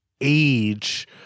age